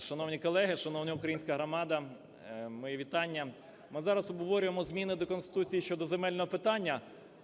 Шановні колеги, шановна українська громада, мої вітання. Ми зараз обговорюємо зміни до Конституції щодо земельного питання,